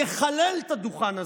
יחלל את הדוכן הזה,